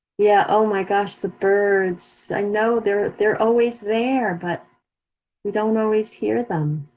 yeah, oh my gosh, the birds. i know they're they're always there but we don't always hear them.